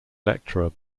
lecturer